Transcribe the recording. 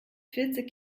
vierzig